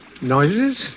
Noises